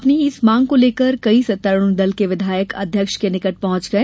अपनी इस मांग को लेकर कई सत्तारूढ़ दल के विधायक अध्यक्ष के निकट पहुंच गये